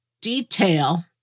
detail